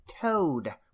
toad